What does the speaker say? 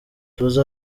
tuzi